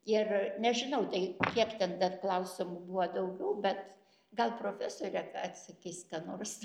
ir nežinau tai kiek ten dar klausimų buvo daugiau bet gal profesorė atsakys ką nors